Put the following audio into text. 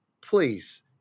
please